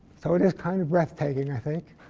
so it is kind of breathtaking, i think.